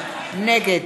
נגד